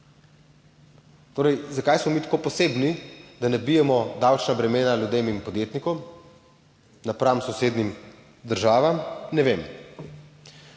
Torej, zakaj smo mi tako posebni, da nabijemo davčna bremena ljudem in podjetnikom napram sosednjim državam, ne vem.